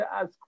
ask